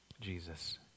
Jesus